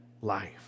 life